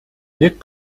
нэг